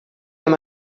amb